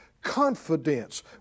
confidence